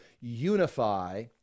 unify